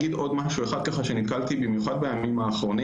אבל אני רוצה גם להגיד עוד משהו אחד שנתקלתי בו במיוחד בימים האחרונים.